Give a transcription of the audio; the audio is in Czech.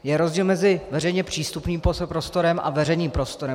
Je rozdíl mezi veřejně přístupným prostorem a veřejným prostorem.